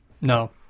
No